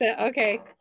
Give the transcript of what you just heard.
Okay